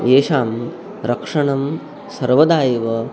येषां रक्षणं सर्वदा एव